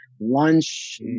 lunch